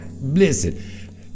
listen